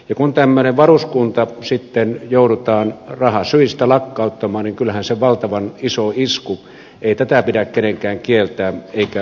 ja kun tämmöinen varuskunta sitten joudutaan rahasyistä lakkauttamaan niin kyllähän se on valtavan iso isku ei tätä pidä kenenkään kieltää eikä väheksyä